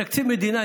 תקציב המדינה,